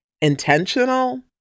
intentional